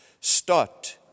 start